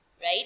right